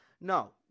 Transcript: No